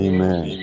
Amen